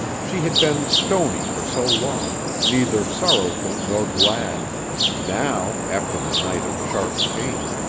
she had been stony for so long, neither sorrowful nor glad now, after the night of sharp pain,